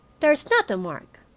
there's not a mark.